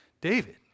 David